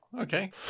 Okay